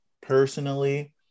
personally